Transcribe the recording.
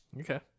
Okay